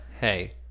Hey